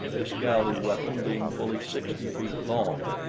this galu weapon being fully sixty feet long.